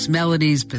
melodies